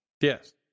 Yes